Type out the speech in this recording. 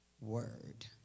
word